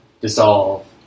dissolve